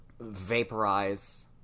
vaporize